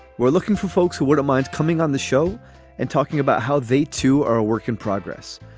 we're looking for folks who wouldn't mind coming on the show and talking about how they, too, are a work in progress.